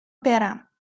برم